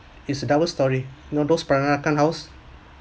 its a double storey you know those peranakan house